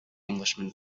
englishman